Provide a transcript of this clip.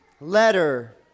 letter